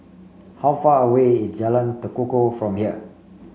how far away is Jalan Tekukor from here